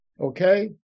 Okay